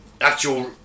actual